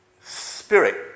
spirit